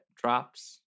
Drops